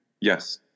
yes